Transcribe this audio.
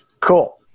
Cool